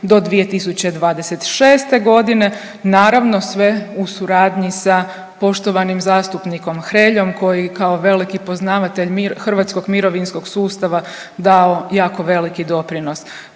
do 2026. g. Naravno, sve u suradnji sa poštovanim zastupnikom Hreljom koji kao veliki poznavatelj hrvatskog mirovinskog sustava dao jako veliki doprinos.